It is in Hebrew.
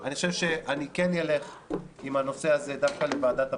אני חושב שאני כן אלך עם הנושא הזה דווקא לוועדת הבחירות,